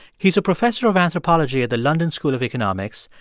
he's a professor of anthropology at the london school of economics,